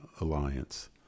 Alliance